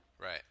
Right